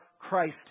Christ